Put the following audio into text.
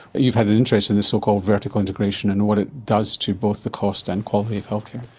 you've had an interest in this so-called vertical integration and what it does to both the cost and quality of healthcare.